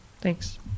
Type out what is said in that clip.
Thanks